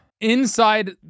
Inside